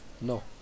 no